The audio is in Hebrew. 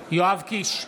קיש,